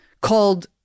Called